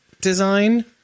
design